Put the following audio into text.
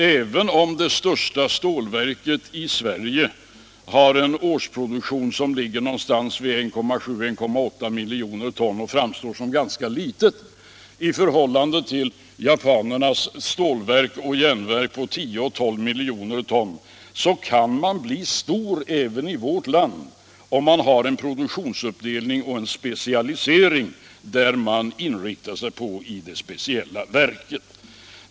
Även om det största stålverket i Sverige har en årsproduktion som ligger någonstans vid 1,7 ä 1,8 miljoner ton och framstår som ganska litet i förhållande till japanernas stålverk och järnverk på 10 och 12 miljoner ton, kan man bli stor även i vårt land, om man har en produktionsuppdelning och specialisering som man inriktar sig på i det speciella verket.